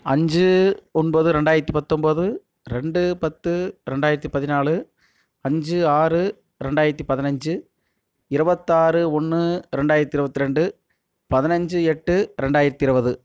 அஞ்சு ஒன்பது ரெண்டாயிரத்தி பத்தொம்பது ரெண்டு பத்து ரெண்டாயிரத்தி பதினாலு அஞ்சு ஆறு ரெண்டாயிரத்தி பதினஞ்சு இருபத்தாறு ஒன்று ரெண்டாயிரத்தி இருபத்தி ரெண்டு பதினஞ்சு எட்டு ரெண்டாயிரத்தி இருபது